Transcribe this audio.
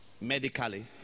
medically